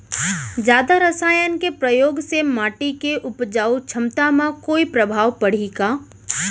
जादा रसायन के प्रयोग से माटी के उपजाऊ क्षमता म कोई प्रभाव पड़ही का?